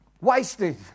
wasted